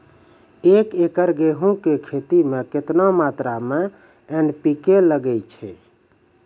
एक एकरऽ गेहूँ के खेती मे केतना मात्रा मे एन.पी.के लगे छै?